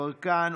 גדי יברקן,